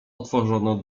otworzono